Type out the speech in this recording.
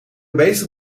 bezig